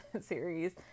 series